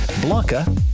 Blanca